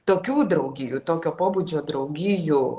tokių draugijų tokio pobūdžio draugijų